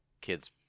kid's